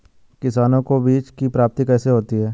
किसानों को बीज की प्राप्ति कैसे होती है?